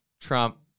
Trump